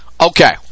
Okay